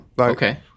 okay